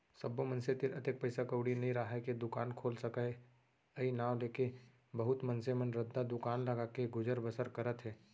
सब्बो मनसे तीर अतेक पइसा कउड़ी नइ राहय के दुकान खोल सकय अई नांव लेके बहुत मनसे मन रद्दा दुकान लगाके गुजर बसर करत हें